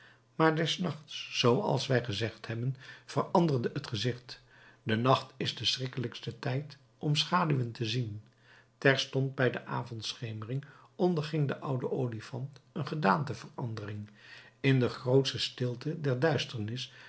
maar des nachts zooals wij gezegd hebben veranderde het gezicht de nacht is de geschiktste tijd om schaduwen te zien terstond bij de avondschemering onderging de oude olifant een gedaanteverandering in de grootsche stilte der duisternis